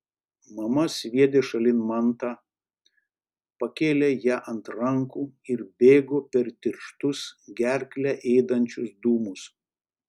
mama sviedė šalin mantą pakėlė ją ant rankų ir bėgo per tirštus gerklę ėdančius dūmus